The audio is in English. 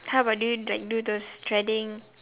how about do you like do those threading